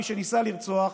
מי שניסה לרצוח,